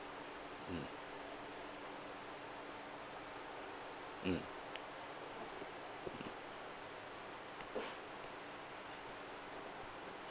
mm mm